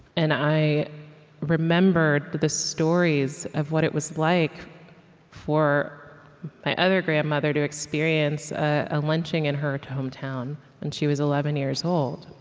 and i remembered the stories of what it was like for my other grandmother to experience a lynching in her hometown when she was eleven years old.